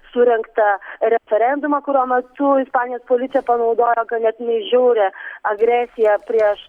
surengtą referendumą kurio metu ispanijos policija panaudojo ganėtinai žiaurią agresiją prieš